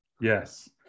Yes